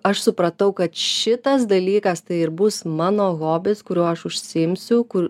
aš supratau kad šitas dalykas tai ir bus mano hobis kuriuo aš užsiimsiu kur